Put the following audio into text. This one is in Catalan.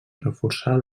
reforçar